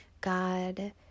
God